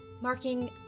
marking